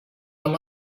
عمه